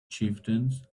chieftains